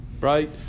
Right